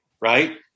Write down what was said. Right